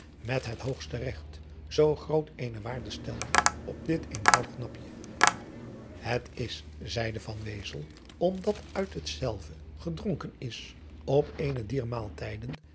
met het hoogste regt zoo groot eene waarde stelde op dit eenvoudig napje het is zeide van wezel omdat uit hetzelve gedronken is op eenen dier maaltijden